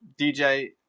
DJ